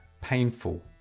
painful